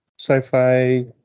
sci-fi